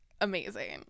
amazing